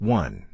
one